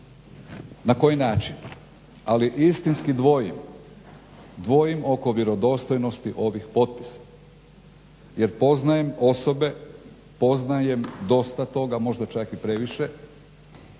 na koji način. Ali istinski dvojim, dvojim oko vjerodostojnosti ovih potpisa jer poznajem osobe, poznajem dosta toga, možda čak i previše,